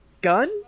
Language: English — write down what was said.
gun